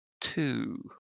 two